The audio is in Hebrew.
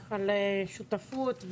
על שותפות,